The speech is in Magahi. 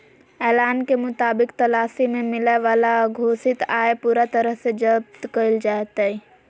ऐलान के मुताबिक तलाशी में मिलय वाला अघोषित आय पूरा तरह से जब्त कइल जयतय